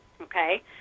okay